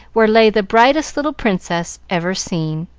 where lay the brightest little princess ever seen.